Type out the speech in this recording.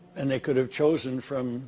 and they could have chosen from